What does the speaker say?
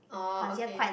oh okay